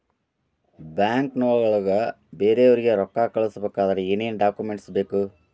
ಬ್ಯಾಂಕ್ನೊಳಗ ಬೇರೆಯವರಿಗೆ ರೊಕ್ಕ ಕಳಿಸಬೇಕಾದರೆ ಏನೇನ್ ಡಾಕುಮೆಂಟ್ಸ್ ಬೇಕು?